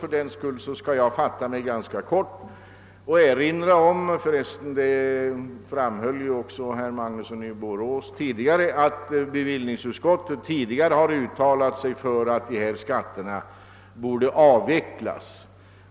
Jag skall därför fatta mig kort och erinra om — vilket också framhölls av herr Magnusson i Borås — att bevillningsutskottet tidigare uttalat sig för att dessa skatter borde avvecklas.